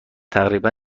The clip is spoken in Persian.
تقریبا